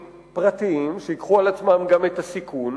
פרטיים שייקחו על עצמם גם את הסיכון